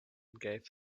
gave